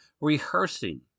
rehearsing